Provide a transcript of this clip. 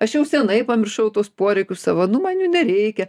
aš jau seniai pamiršau tuos poreikius savo nu man jų nereikia